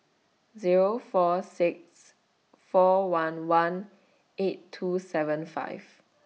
Zero four six four one one eight two seven five